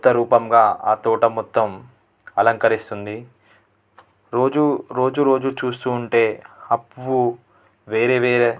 కొత్త రూపంగా ఆ తోట మొత్తం అలంకరిస్తుంది రోజు రోజు చూస్తుంటే ఆ పువ్వు